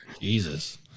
Jesus